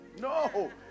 No